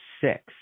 six